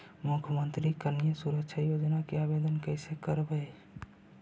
मुख्यमंत्री कन्या सुरक्षा योजना के आवेदन कैसे करबइ?